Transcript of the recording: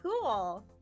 cool